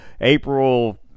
April